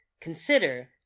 consider